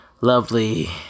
lovely